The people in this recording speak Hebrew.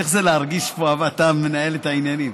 איך זה להרגיש שאתה מנהל פה את העניינים?